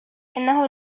إنه